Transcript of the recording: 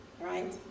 right